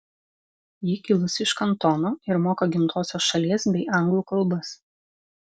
ji kilusi iš kantono ir moka gimtosios šalies bei anglų kalbas